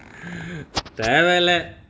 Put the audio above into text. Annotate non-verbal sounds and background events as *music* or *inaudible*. *breath* தேவல:thevala